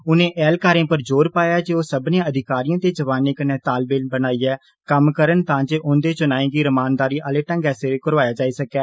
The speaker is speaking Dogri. उनें ऐह्लकारें पर जोर पाया ऐ जे ओह् सब्मनें अधिकारिए ते जवानें कन्नै तालमेल बनाइयै कम्म करन तांजे औंदे चुनाए गी रमानदारी आहले ढंग्गै सिर करोआया जाई सकै